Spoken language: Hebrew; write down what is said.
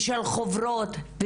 ושל חוברות,